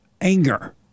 anger